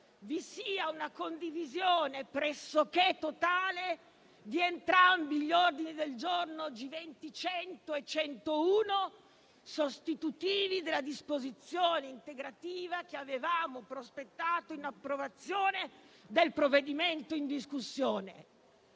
vi sia una condivisione pressoché totale di entrambi gli ordini del giorno G20.100 e G20.101, sostitutivi della disposizione integrativa che avevamo prospettato in approvazione del provvedimento in discussione,